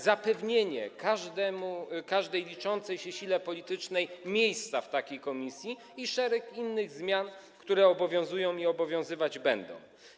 zapewnienie każdej liczącej się sile politycznej miejsca w takiej komisji i szereg innych zmian, które obowiązują i obowiązywać będą.